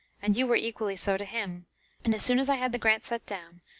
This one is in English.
and you were equally so to him and as soon as i had the grant sent down,